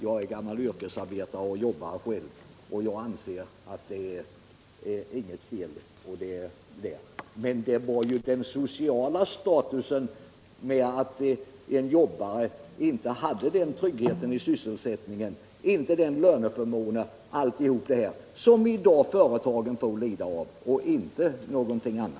Jag är själv gammal yrkesarbetare och jobbare och anser inte att det är något fel med sådant arbete. Vad jag avsåg var yrkesarbetets sociala status, att en jobbare inte har samma trygghet i anställningen, inte samma löneförmåner och alltihop detta, vilket företagen i dag får lida för.